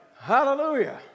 Hallelujah